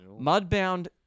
Mudbound